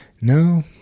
No